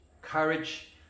Courage